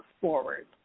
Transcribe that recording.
forward